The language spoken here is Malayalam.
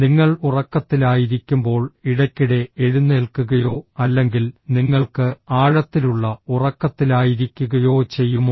നിങ്ങൾ ഉറക്കത്തിലായിരിക്കുമ്പോൾ ഇടയ്ക്കിടെ എഴുന്നേൽക്കുകയോ അല്ലെങ്കിൽ നിങ്ങൾക്ക് ആഴത്തിലുള്ള ഉറക്കത്തിലായിരിക്കുകയോ ചെയ്യുമോ